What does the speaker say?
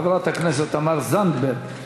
חברת הכנסת תמר זנדברג.